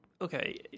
Okay